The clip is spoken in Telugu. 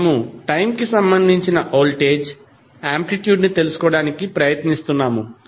మనము టైమ్ కి సంబంధించిన వోల్టేజ్ ఆంప్లిట్యూడ్ ని తెలుసుకోవడానికి ప్రయత్నిస్తున్నాము